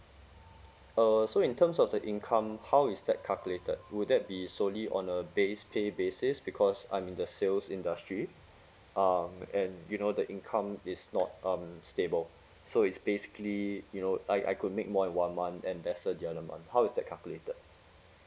err so in terms of the income how is that calculated would that be solely on a base pay basis because I'm in the sales industry um and you know the income is not um stable so it's basically you know I I could make more in one month and lesser in the other month how is that calculated